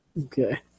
Okay